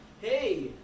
hey